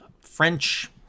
French